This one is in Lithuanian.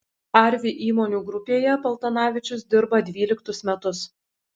arvi įmonių grupėje paltanavičius dirba dvyliktus metus